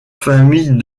famille